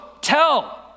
Tell